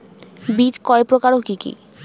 বীজ কয় প্রকার ও কি কি?